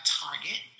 target